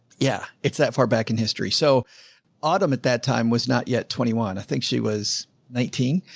yeah. it's that far back in history. so autumn at that time was not yet twenty one. i think she was nineteen,